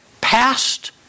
past